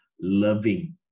loving